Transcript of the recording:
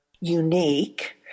unique